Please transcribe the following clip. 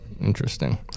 interesting